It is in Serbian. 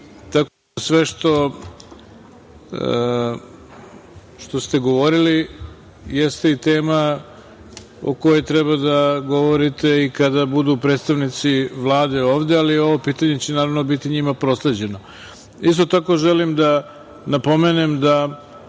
tako da sve što ste govorili jeste i tema o kojoj treba da govorite i kada budu predstavnici Vlade ovde, ali ovo pitanje će naravno biti njima prosleđeno. Isto tako, želim da napomenem da